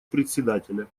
председателя